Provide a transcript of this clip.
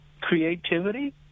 creativity